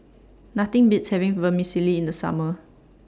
Nothing Beats having Vermicelli in The Summer